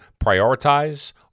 prioritize